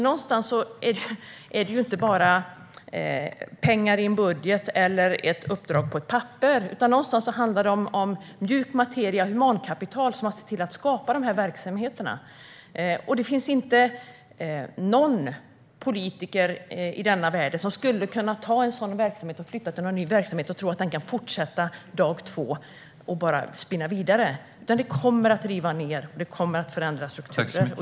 Någonstans är det inte bara pengar i en budget eller ett uppdrag på ett papper. Någonstans handlar det om mjuk materia, humankapital, som har skapat de här verksamheterna. Det finns inte någon politiker i denna värld som kan ta en sådan verksamhet, flytta den till en ny verksamhet och tro att den kan fortsätta dag två och bara spinna vidare. Det kommer att riva ned, och det kommer att förändra strukturer.